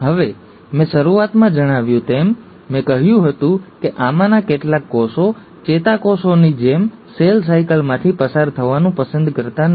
હવે મેં શરૂઆતમાં જણાવ્યું તેમ મેં કહ્યું હતું કે આમાંના કેટલાક કોષો ચેતાકોષોની જેમ સેલ સાયકલમાંથી પસાર થવાનું પસંદ કરતા નથી